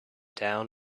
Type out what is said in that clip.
down